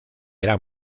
eran